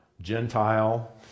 Gentile